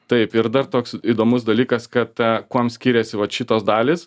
taip ir dar toks įdomus dalykas kad ta kuom skiriasi vat šitos dalys